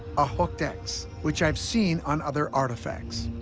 a hooked x, which i've seen on other artifacts.